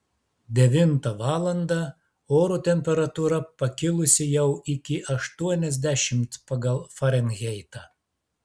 devintą valandą oro temperatūra pakilusi jau iki aštuoniasdešimt pagal farenheitą